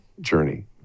journey